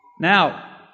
Now